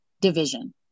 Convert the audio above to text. division